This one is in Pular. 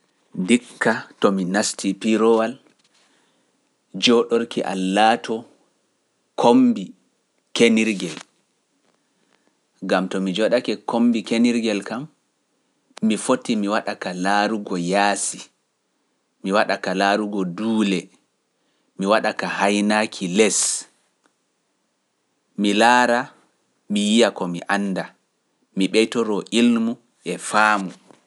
Ndikka to mi naasti piiroowal jooɗorki a laato kombi kenirgel, ngam to mi jooɗake kombi kenirgel kam, mi foti mi waɗa ka laarugo yaasi, mi waɗa ka laarugo duule, mi waɗa ka haaynaaki les, mi laara mi yiya ko mi annda, mi ɓeytoroo ilmu e faamu.